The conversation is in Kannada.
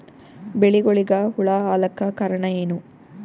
ಬೆಳಿಗೊಳಿಗ ಹುಳ ಆಲಕ್ಕ ಕಾರಣಯೇನು?